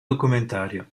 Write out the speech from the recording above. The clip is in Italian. documentario